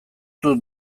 dut